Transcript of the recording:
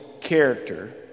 character